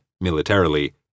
militarily